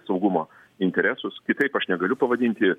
saugumą interesus kitaip aš negaliu pavadinti